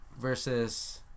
versus